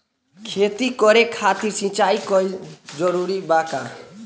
खेती करे खातिर सिंचाई कइल जरूरी बा का?